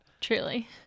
Truly